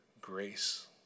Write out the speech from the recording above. grace